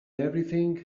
everything